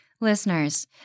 Listeners